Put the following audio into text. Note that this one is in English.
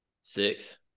Six